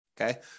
Okay